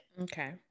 okay